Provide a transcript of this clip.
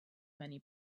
many